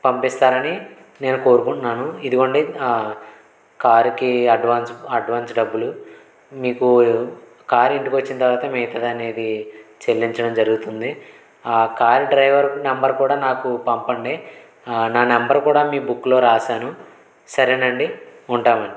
పంపిస్తారని నేను కోరుకుంటున్నాను ఇదిగోండి కారుకి అడ్వాన్స్ అడ్వాన్స్ డబ్బులు మీకు కార్ ఇంటికి వచ్చిన తర్వాత మిగతాది అనేది చెల్లించడం జరుగుతుంది ఆ కార్ డ్రైవరు నెంబర్ కూడా నాకు పంపండి నా నెంబర్ కూడా మీ బుక్లో రాశాను సరేనండి ఉంటామరి